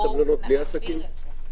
בואו נעביר את זה.